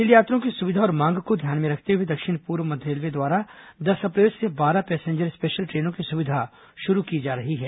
rail यात्रियों की सुविधा और मांग को ध्यान में रखते हुए दक्षिण पूर्व मध्य रेलवे द्वारा दस अप्रैल से बारह पैसेंजर स्पेशल ट्रेनों की सुविधा शुरू की जा रही है